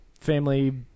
family